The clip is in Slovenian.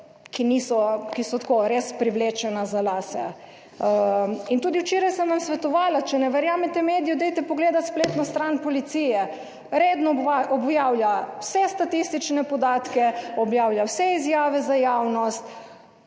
ki so tako res privlečena za lase? Tudi včeraj sem vam svetovala, če ne verjamete mediju, dajte pogledati spletno stran policije. Redno objavlja vse statistične podatke, objavlja vse izjave za javnost.